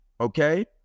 Okay